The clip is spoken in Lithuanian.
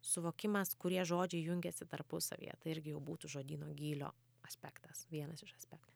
suvokimas kurie žodžiai jungiasi tarpusavyje tai irgi jau būtų žodyno gylio aspektas vienas iš aspektų